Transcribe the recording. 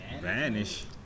Vanish